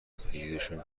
پریزشون